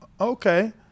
Okay